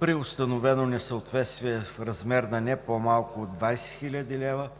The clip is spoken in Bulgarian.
При установено несъответствие в размер на не по-малко от 20 000 лв.